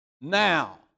Now